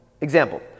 example